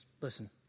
Listen